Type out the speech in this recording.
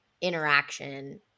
interaction